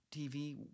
TV